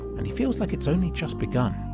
and he feels like it's only just begun.